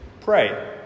pray